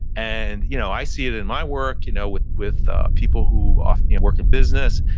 and you know i see it in my work you know with with ah people who often work in business.